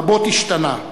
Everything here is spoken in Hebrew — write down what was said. רבות השתנה.